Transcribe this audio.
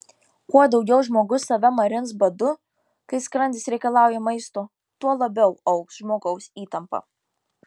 kuo daugiau žmogus save marins badu kai skrandis reikalauja maisto tuo labiau augs žmogaus įtampa